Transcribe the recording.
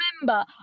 remember